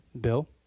Bill